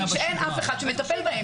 שאין אף אחד שמטפל בהן.